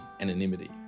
anonymity